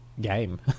game